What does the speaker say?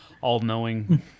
all-knowing